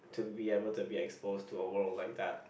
to be able to be exposed to a world like that